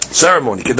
ceremony